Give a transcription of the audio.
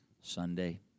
Sunday